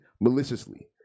maliciously